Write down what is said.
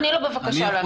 תני לו בבקשה להשיב.